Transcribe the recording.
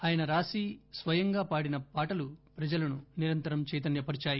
ఆయన రాసి స్వయంగా పాడిన పాటలు ప్రజలను నిరంతరం చైతన్య పరిచాయి